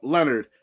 Leonard